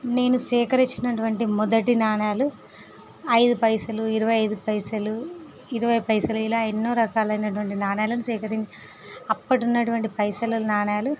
నేను సేకరించినటువంటి మొదటి నాణ్యాలు ఐదు పైసలు ఇరవై ఐదు పైసలు ఇరవై పైసలు ఇలా ఎన్నో రకాలైనటువంటి నాణ్యాలను సేకరించి అప్పుడు ఉన్నటువంటి పైసలు నాణ్యాలు